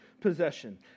possession